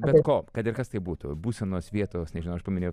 bet ko kad ir kas tai būtų būsenos vietos nežinau aš paminėjau